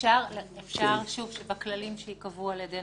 אפשר שבכללים שייקבעו על ידנו